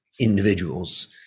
individuals